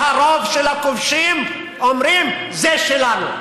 שהרוב של הכובשים אומרים: זה שלנו.